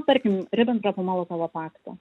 tarkim ribentropo molotovo paktą